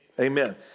Amen